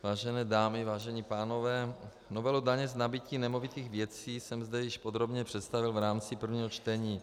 Vážené dámy, vážení pánové, novelu daně z nabytí nemovitých věcí jsem zde již podrobně představil v rámci prvního čtení.